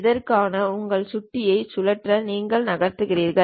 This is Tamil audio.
அதற்காக உங்கள் சுட்டியை சுழற்ற நீங்கள் நகர்கிறீர்கள்